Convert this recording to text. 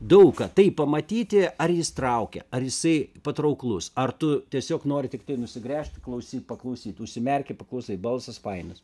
daug ką tai pamatyti ar jis traukia ar jisai patrauklus ar tu tiesiog nori tiktai nusigręžti klausyt paklausyt užsimerki paklausai balsas fainas